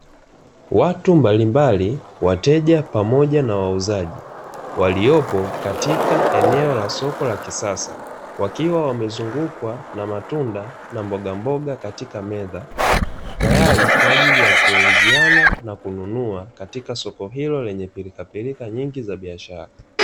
Watu mbalimbali, wateja pamoja na wauzaji waliopo katika eneo la soko la kisasa wakiwa wamezungukwa na matunda na mbogamboga katika meza tayari kwa ajili ya kuuziana na kununua katika soko hilo, lenye pirikapirika nyingi za biashara.